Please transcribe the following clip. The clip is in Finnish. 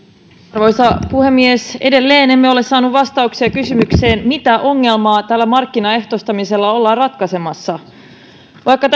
arvoisa puhemies edelleen emme ole saaneet vastauksia kysymykseen mitä ongelmaa tällä markkinaehtoistamisella ollaan ratkaisemassa vaikka